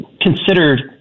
considered